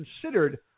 considered